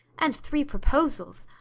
and three proposals!